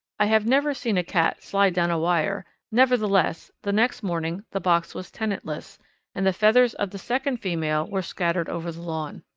i have never seen a cat slide down a wire nevertheless the next morning the box was tenantless and the feathers of the second female were scattered over the lawn.